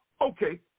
Okay